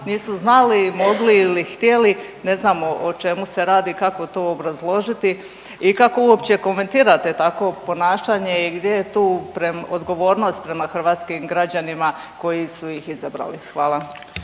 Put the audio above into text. nisu znali, mogli ili htjeli, ne znamo o čemu se radi, kako to obrazložiti i kako uopće komentirate takvo ponašanje i gdje je tu odgovornost prema hrvatskim građanima koji su ih izabrali. Hvala.